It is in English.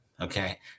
Okay